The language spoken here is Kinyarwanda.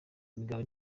imigabo